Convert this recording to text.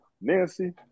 Nancy